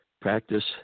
practice